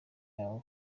yawe